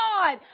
God